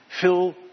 Fill